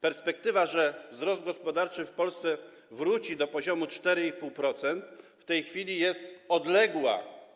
Perspektywa, że wzrost gospodarczy w Polsce wróci do poziomu 4,5%, w tej chwili jest odległa.